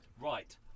right